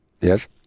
Yes